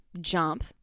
jump